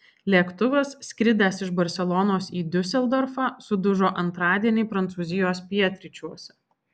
lėktuvas skridęs iš barselonos į diuseldorfą sudužo antradienį prancūzijos pietryčiuose